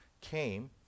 came